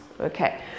Okay